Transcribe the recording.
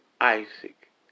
Isaac